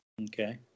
Okay